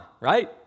Right